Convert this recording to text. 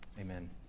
Amen